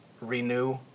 renew